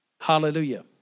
Hallelujah